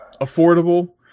Affordable